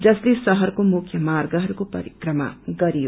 जसले शहरको मुख्य मार्गहरूको परिक्रमा गरयो